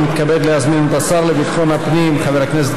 אני מתכבד להזמין את השר לביטחון הפנים חבר הכנסת